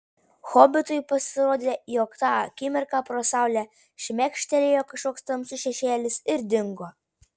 hobitui pasirodė jog tą akimirką pro saulę šmėkštelėjo kažkoks tamsus šešėlis ir dingo